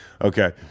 Okay